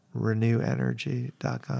RenewEnergy.com